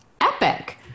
epic